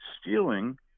stealing